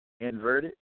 Inverted